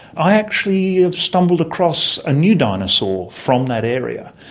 i actually have stumbled across a new dinosaur from that area,